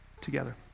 together